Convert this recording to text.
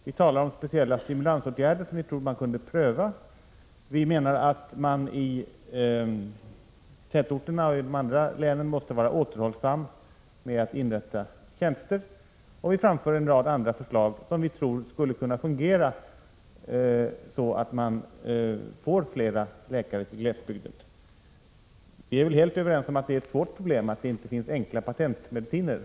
Vi talar om speciella stimulansåtgärder som vi tror man kunde pröva, vi menar att man i tätorterna och i andra län än Norrlandslänen måste vara återhållsam med att inrätta tjänster, och vi framför en rad andra förslag som vi tror skulle kunna fungera, så att man får flera läkare till glesbygden. Alla är vi väl helt överens om att detta är ett svårt problem och att det inte finns enkla patentmediciner.